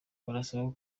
barasaba